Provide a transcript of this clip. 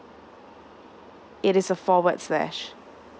it is a forward slash